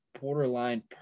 borderline